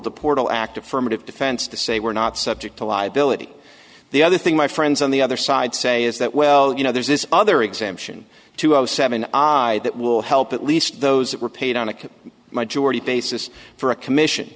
portal act affirmative defense to say we're not subject to liability the other thing my friends on the other side say is that well you know there's this other exemption to zero seven i that will help at least those that were paid on a majority basis for a commission